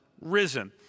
risen